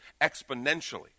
exponentially